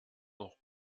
noch